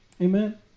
Amen